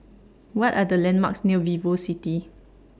What Are The landmarks near Vivocity